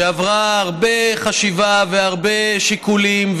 שעברה הרבה חשיבה והרבה שיקולים,